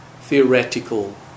theoretical